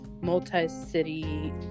multi-city